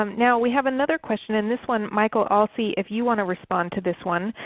um now we have another question. and this one michael, also if you want to respond to this one,